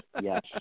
yes